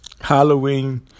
Halloween